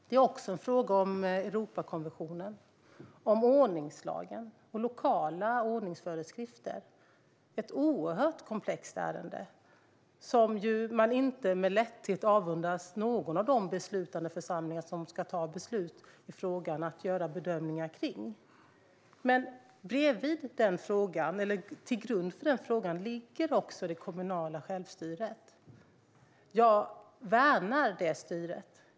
Det är också en fråga om Europakonventionen, om ordningslagen och lokala ordningsföreskrifter. Det är ett oerhört komplext ärende, som man inte med lätthet avundas någon av de beslutande församlingarna i fråga att göra bedömningar av. Till grund för frågan ligger dock även det kommunala självstyret. Jag värnar det styret.